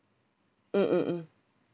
mm mm mm